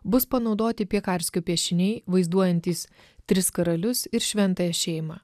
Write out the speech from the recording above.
bus panaudoti piekarskio piešiniai vaizduojantys tris karalius ir šventąją šeimą